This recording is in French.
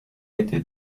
était